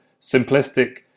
simplistic